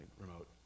remote